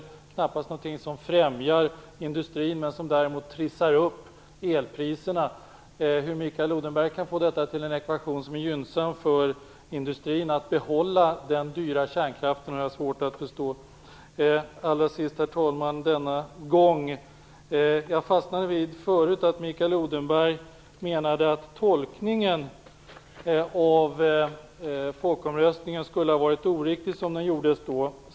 Det är knappast någonting som främjar industrin, men som däremot trissar upp elpriserna. Hur Mikael Odenberg kan få detta till en ekvation som visar att det är gynnsamt för industrin att behålla den dyra kärnkraften har jag svårt att förstå. Herr talman! Jag fastnade förut vid att Mikael Odenberg menade att tolkningen av folkomröstningsresultatet som den gjordes då skulle ha varit oriktig.